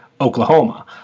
Oklahoma